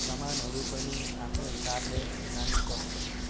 सामानहरू पनि आफ्नो हिसाबले लानुसक्छ